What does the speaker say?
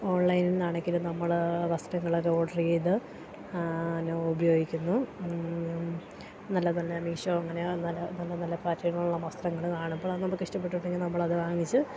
ഓൺലൈനിൽനിന്നാണെങ്കിലും നമ്മൾ വസ്ത്രങ്ങളൊക്കെ ഓഡ്ര് ചെയ്ത് ഞാൻ ഉപയോഗിക്കുന്നു നല്ല നല്ല മീഷോ അങ്ങനെ നല്ല നല്ല നല്ല പാറ്റേണുകളുള്ള വസ്ത്രങ്ങൾ കാണുമ്പം അത് നമുക്കിഷ്ടപ്പെട്ടിട്ടുണ്ടെങ്കിൽ നമ്മളത് വാങ്ങിച്ച്